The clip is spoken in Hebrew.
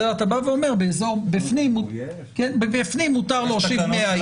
אתה בא ואומר בפנים מותר להושיב 100 איש.